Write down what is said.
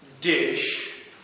dish